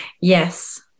Yes